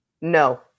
No